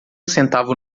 centavo